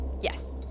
Yes